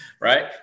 right